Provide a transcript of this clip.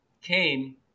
came